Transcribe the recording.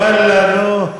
ואללה, נו.